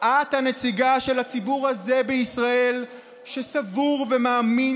את הנציגה של הציבור הזה בישראל שסבור ומאמין